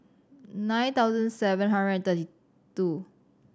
nine thousand seven hundred and thirty two